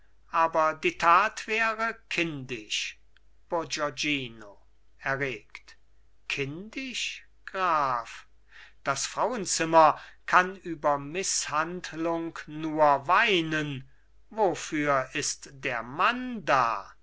aber die tat wäre kindisch bourgognino erregt kindisch graf das frauenzimmer kann über mißhandlung nur weinen wofür ist der mann da